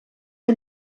que